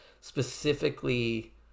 specifically